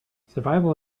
survival